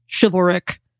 chivalric